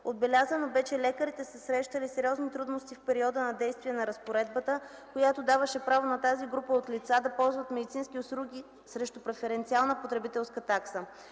Отбелязано бе, че лекарите са срещали сериозни трудности в периода на действие на разпоредбата, която даваше право на тази група от лица да ползват медицински услуги срещу преференциална потребителска такса.